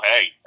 Hey